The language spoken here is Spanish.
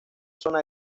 zona